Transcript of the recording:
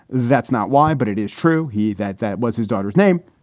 that's not why. but it is true he that that was his daughter's name.